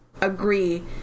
agree